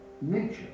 Nature